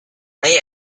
lay